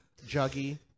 Juggy